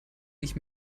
sich